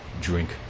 Drink